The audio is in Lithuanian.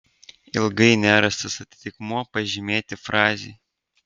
ilgai nerastas atitikmuo pažymėti frazei